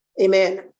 Amen